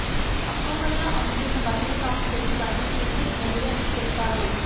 పక్క వూరిలో అమ్ముతున్న బట్టల సాపుకెల్లి బట్టలు సూస్తే ఖరీదు ఎంత సెప్పారో